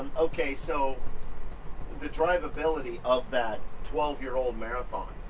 ok, so the drivability of that twelve year old marathon.